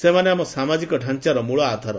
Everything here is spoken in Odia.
ସେମାନେ ଆମ ସାମାଜିକ ଢାଞ୍ଚାର ମୂଳ ଆଧାର